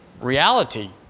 reality